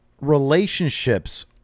relationships